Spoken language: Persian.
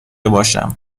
باشم